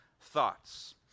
thoughts